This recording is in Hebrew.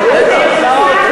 הוא, האחרון.